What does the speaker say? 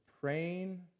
praying